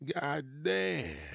Goddamn